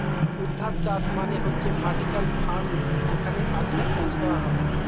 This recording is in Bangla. ঊর্ধ্বাধ চাষ মানে হচ্ছে ভার্টিকাল ফার্মিং যেখানে আধুনিক চাষ করা হয়